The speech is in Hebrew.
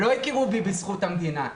ולא הכירו בי בזכות המדינה,